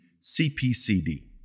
CPCD